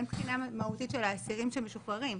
אין בחינה מהותית של האסירים שמשוחררים.